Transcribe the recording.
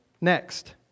Next